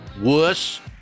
wuss